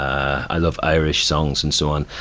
i love irish songs and so on,